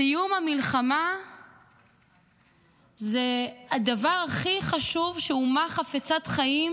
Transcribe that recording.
סיום המלחמה זה הדבר הכי חשוב שאומה חפצת חיים